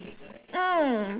mm